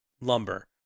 Lumber